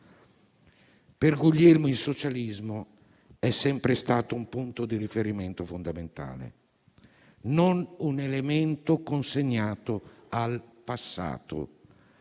Per Guglielmo il socialismo è sempre stato un punto di riferimento fondamentale, non un elemento consegnato al passato,